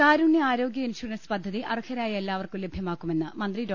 കാരുണ്യ ആരോഗ്യ ഇൻഷൂറൻസ് പദ്ധതി അർഹരായ എല്ലാവർക്കും ലഭ്യമാക്കുമെന്ന് മന്ത്രി ഡോ